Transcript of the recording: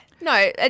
No